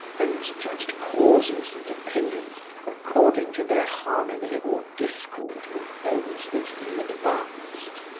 and judged causes and opinions according to their harmony or discord with those that he advanced.